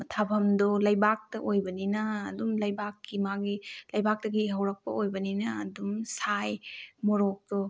ꯊꯥꯕꯝꯗꯨ ꯂꯩꯕꯥꯛꯇ ꯑꯣꯏꯕꯅꯤꯅ ꯑꯗꯨꯝ ꯂꯩꯕꯥꯛꯀꯤ ꯃꯥꯒꯤ ꯂꯩꯕꯥꯛꯇꯒꯤ ꯍꯧꯔꯛꯄ ꯑꯣꯏꯕꯅꯤꯅ ꯑꯗꯨꯝ ꯁꯥꯏ ꯃꯣꯔꯣꯛꯇꯣ